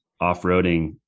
off-roading